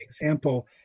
example